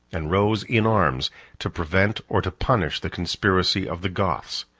and rose in arms to prevent or to punish the conspiracy of the goths.